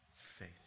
faith